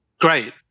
Great